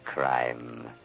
Crime